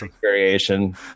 variation